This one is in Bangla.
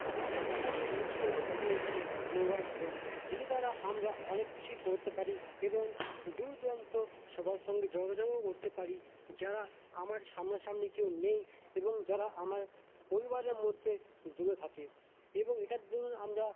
আমার কাছে এখন যে জিনিসটি রয়েছে সেটি হচ্ছে মোবাইল ফোন যেটির দ্বারা আমরা অনেক কিছুই করতে পারি এবং দূর দূরান্ত সবার সঙ্গে যোগাযোগও করতে পারি যারা আমার সামনা সামনি কেউ নেই এবং যারা আমার পরিবারের মধ্যে দূরে থাকে এবং এটার জন্য আমরা